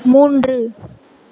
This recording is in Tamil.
மூன்று